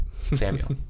Samuel